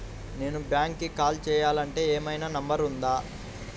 నేను బ్యాంక్కి కాల్ చేయాలంటే ఏమయినా నంబర్ ఉందా?